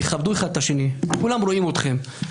תכבדו אחד את השני, כולם רואים אתכם,